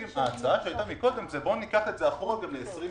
ההצעה שהייתה קודם היא: בואו ניקח את זה אחורה גם ל-2020,